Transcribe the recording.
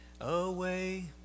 Away